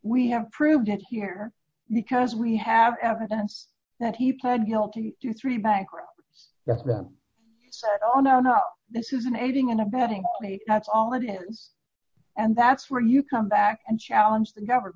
we have proved it here because we have evidence that he pled guilty to three bankrupt that's them oh no no this isn't aiding and abetting me that's all it is and that's where you come back and challenge the government